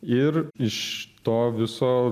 ir iš to viso